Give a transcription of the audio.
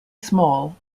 small